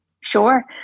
sure